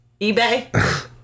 eBay